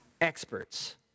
experts